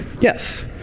Yes